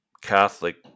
Catholic